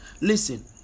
listen